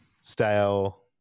style